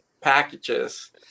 packages